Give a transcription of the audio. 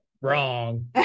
Wrong